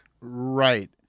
Right